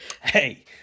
hey